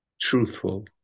truthful